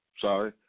sorry